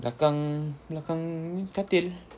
belakang belakang ni katil